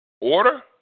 Order